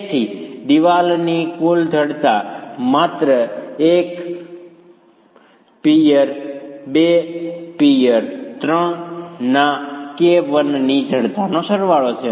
તેથી દિવાલની કુલ જડતા માત્ર 1 પીઅર 2 અને પિઅર 3 ના K 1 ની જડતાનો સરવાળો છે